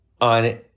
on